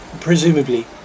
Presumably